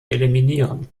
eliminieren